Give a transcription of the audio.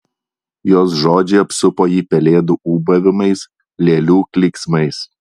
jos žodžiai apsupo jį pelėdų ūbavimais lėlių klyksmais